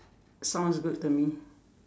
sounds good to me